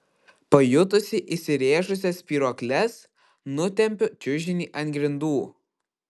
pajutusi įsirėžusias spyruokles nutempiu čiužinį ant grindų